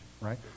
right